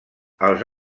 als